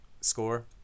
score